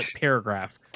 paragraph